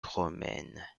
romaine